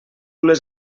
les